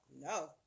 No